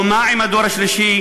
ומה עם הדור השלישי,